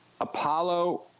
Apollo